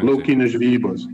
laukinis žvejybos